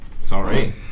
Sorry